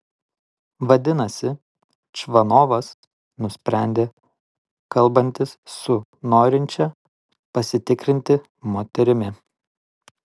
vadinasi čvanovas nusprendė kalbantis su norinčia pasitikrinti moterimi